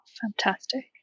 Fantastic